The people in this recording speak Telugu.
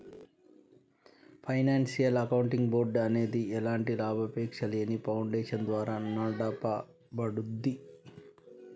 ఫైనాన్షియల్ అకౌంటింగ్ బోర్డ్ అనేది ఎలాంటి లాభాపేక్షలేని ఫౌండేషన్ ద్వారా నడపబడుద్ది